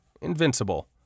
Invincible